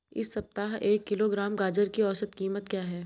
इस सप्ताह एक किलोग्राम गाजर की औसत कीमत क्या है?